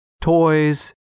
toys